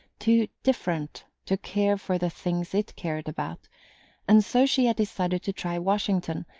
too different to care for the things it cared about and so she had decided to try washington,